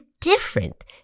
different